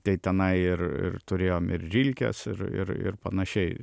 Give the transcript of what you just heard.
tai tenai ir ir turėjom ir rilkės ir ir ir panašiai